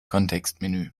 kontextmenü